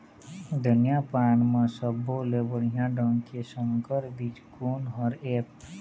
धनिया पान म सब्बो ले बढ़िया ढंग के संकर बीज कोन हर ऐप?